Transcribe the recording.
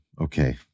Okay